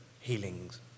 healings